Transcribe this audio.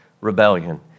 rebellion